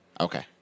Okay